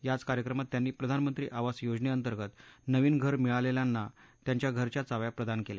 याच कार्यक्रमात त्यांनी प्रधानमंत्री आवास योजनेतंर्गत नवीन घर मिळालेल्यांना त्यांच्या घराच्या चाव्या प्रदान केल्या